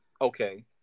okay